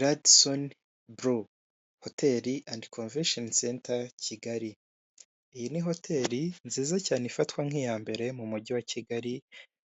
Radisoni buru, hoteli endi komvesheni senta kigali, iyi ni hoteli nziza cyane ifatwa nk'iya mbere mu mujyi wa kigali